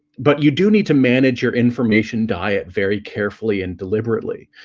but you do need to manage your information diet very carefully and deliberately.